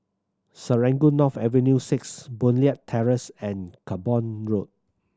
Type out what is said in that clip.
Serangoon North Avenue Six Boon Leat Terrace and Camborne Road